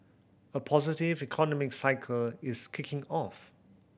a positive economic cycle is kicking off